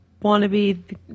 wannabe